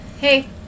Hey